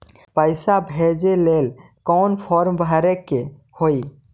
पैसा भेजे लेल कौन फार्म भरे के होई?